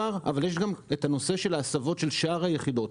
ונושא נוסף הוא ההסבות של יתר היחידות.